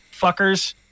fuckers